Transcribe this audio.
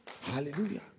Hallelujah